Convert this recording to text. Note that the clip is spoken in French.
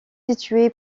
situé